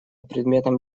предметом